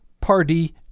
Party